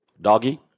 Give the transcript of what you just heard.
Doggy